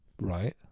Right